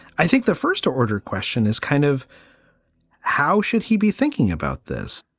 i think the first order question is kind of how should he be thinking about this?